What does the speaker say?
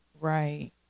Right